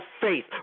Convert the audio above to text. faith